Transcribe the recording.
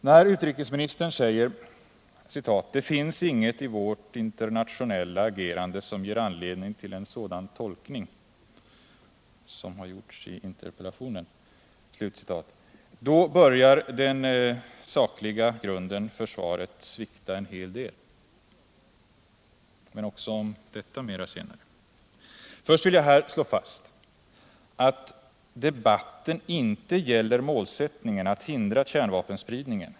När utrikesministern säger: ”Det finns inget i vårt internationella agerande som ger anledning till en sådan tolkning” — som har gjorts i interpellationen —, då börjar den sakliga grunden för svaret att svikta en hel del. Men också om detta, mer senare. Först vill jag här slå fast att debatten inte gäller målsättningen att hindra kärnvapenspridningen.